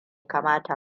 kamata